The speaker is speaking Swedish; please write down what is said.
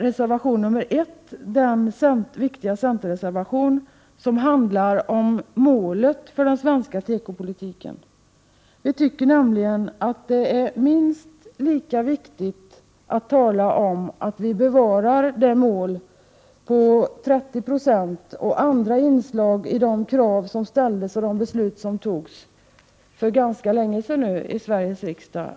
Reservation 1 är en viktig centerreservation, som handlar om målet för den svenska tekopolitiken. Vi tycker nämligen att det är minst lika viktigt att tala om att vi måste bevara 30-procentsmålet och andra inslag i de beslut som fattades för numera ganska länge sedan i Sveriges riksdag.